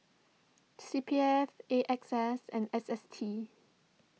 C P F A X S and S S T